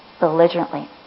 belligerently